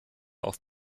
auf